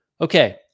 Okay